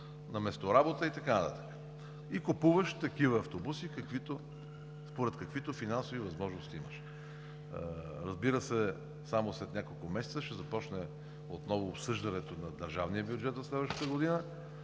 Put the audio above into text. на месторабота и така нататък. Купуваш такива автобуси според каквито финансови възможности имаш. Разбира се, само след няколко месеца ще започне отново обсъждането на държавния бюджет за следващата година.